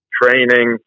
training